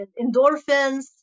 endorphins